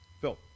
Phil